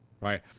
right